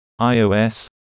iOS